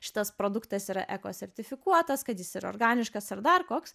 šitas produktas yra ekosertifikuotas kad jis yra organiškas ar dar koks